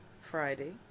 Friday